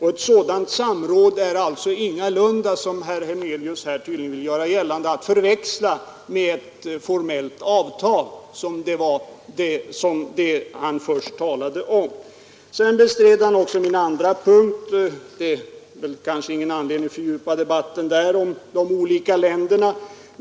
Det samråd som ägde rum är alltså ingalunda, som herr Hernelius tydligen vill göra gällande, att förväxla med ett formellt avtal. Det var ju vad herr Hernelius först hävdade. Sedan bestred herr Hernelius också min andra punkt. Det finns kanske ingen anledning att fördjupa debatten om ordensväsendet i de olika länderna.